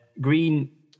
green